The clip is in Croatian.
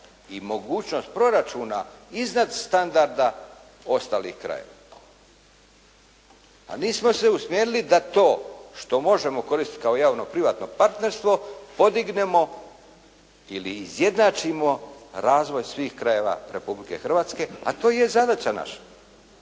i mogućnost proračuna iznad standarda ostalih krajeva, a nismo se usmjerili da to što možemo koristiti kao javno-privatno partnerstvo podignemo ili izjednačimo razvoj svih krajeva Republike Hrvatske, a to je zadaća naša.